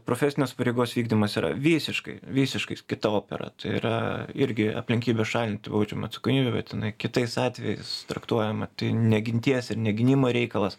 profesinės pareigos vykdymas yra visiškai visiškai kita opera tai yra irgi aplinkybė šalinti baudžiamąją atsakomybę bet jinai kitais atvejais traktuojama tai ne ginties ir ne gynimo reikalas